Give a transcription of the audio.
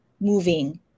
moving